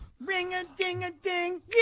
Ring-a-ding-a-ding